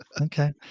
Okay